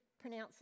pronounce